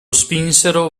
spinsero